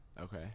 okay